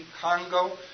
Congo